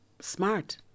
smart